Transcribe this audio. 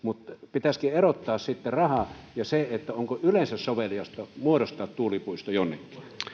pitäisikin erottaa raha ja sitten se onko yleensä soveliasta muodostaa tuulipuisto jonnekin